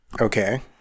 Okay